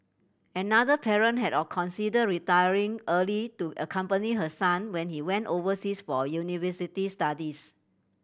another parent had a considered retiring early to accompany her son when he went overseas for university studies